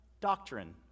doctrine